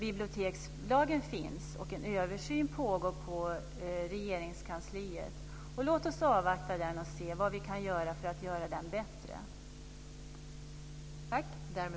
Bibliotekslagen finns, och en översyn pågår på Regeringskansliet. Låt oss avvakta den och se vad vi kan göra för att lagen ska bli bättre.